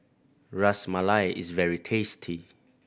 Ras Malai is very tasty